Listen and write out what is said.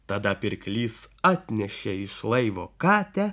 tada pirklys atnešė iš laivo katę